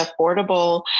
affordable